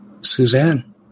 Suzanne